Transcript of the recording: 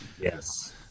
Yes